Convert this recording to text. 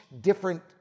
different